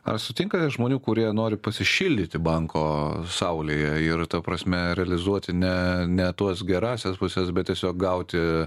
ar sutinkate žmonių kurie nori pasišildyti banko saulėje ir ta prasme realizuoti ne ne tuos gerąsias puses bet tiesiog gauti